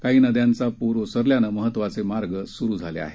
काही नद्यांचा पूर ओसरल्याने महत्वाचे मार्ग सुरु झाले आहेत